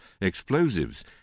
explosives